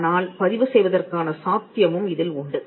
ஆனால் பதிவு செய்வதற்கான சாத்தியமும் இதில் உண்டு